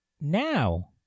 now